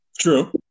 True